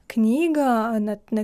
knygą net ne